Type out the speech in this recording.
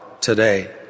today